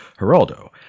Geraldo